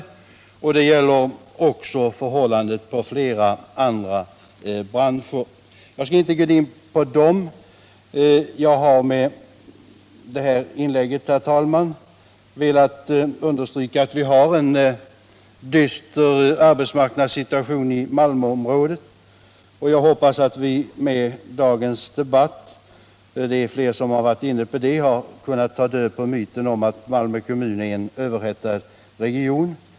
Situationen är densamma också inom flera andra branscher. Jag skall dock inte gå in på dem. Jag har med detta inlägg, herr talman, velat understryka att vi har en dyster arbetsmarknadssituation i Malmöområdet. Jag hoppas att med dagens debatt —det är fler som har varit inne på den saken — har man kunnat ta död på myten att Malmö kommun är en överhettad region.